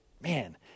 Man